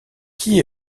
qui